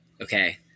Okay